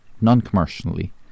non-commercially